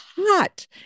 hot